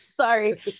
Sorry